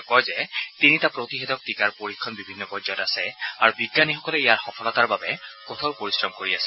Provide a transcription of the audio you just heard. তেওঁ কয় যে তিনিটা প্ৰতিষেধক টীকাৰ পৰীক্ষণ বিভিন্ন পৰ্যায়ত আছে আৰু বিজ্ঞানীসকলে ইয়াৰ সফলতাৰ বাবে কঠোৰ পৰিশ্ৰম কৰি আছে